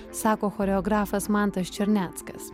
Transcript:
sako choreografas mantas černeckas